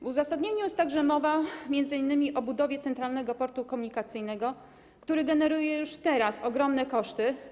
W uzasadnieniu jest także mowa m.in. o budowie Centralnego Portu Komunikacyjnego, który już teraz generuje ogromne koszty.